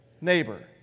neighbor